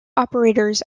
operators